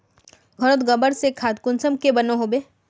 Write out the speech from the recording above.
घोरोत गबर से खाद कुंसम के बनो होबे?